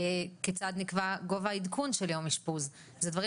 כיצד נקבע גובה העדכון של יום אשפוז כל אלו דברים